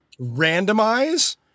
randomize